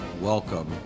welcome